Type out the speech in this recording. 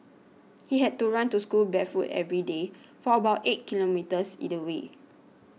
he had to run to school barefoot every day for about eight kilometres either way